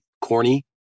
corny